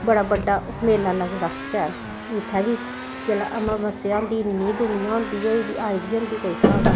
बड़ा बड्डा मेला लग्गदा शैल इत्थै बी जेल्लै अमामस्या होंदी इन्नी दुनिया होंदी होई दी आई दी होंदी कोई स्हाब निं